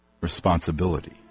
responsibility